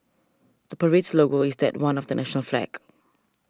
the parade's logo is that one of the national flag